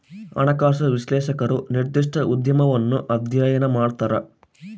ಹಣಕಾಸು ವಿಶ್ಲೇಷಕರು ನಿರ್ದಿಷ್ಟ ಉದ್ಯಮವನ್ನು ಅಧ್ಯಯನ ಮಾಡ್ತರ